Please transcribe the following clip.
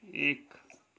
एक